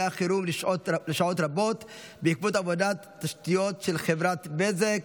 החירום לשעות רבות בעקבות עבודת תשתיות של חברת בזק.